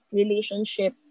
relationship